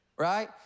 Right